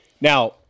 Now